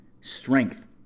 strength